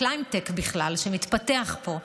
הקליימטק בכלל שמתפתח פה,